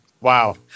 Wow